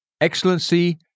Excellency